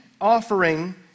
offering